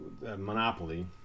Monopoly